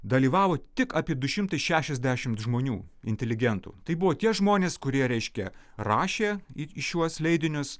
dalyvavo tik apie du šimtai šešiasdešimt žmonių inteligentų tai buvo tie žmonės kurie reiškia rašė į į šiuos leidinius